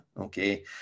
Okay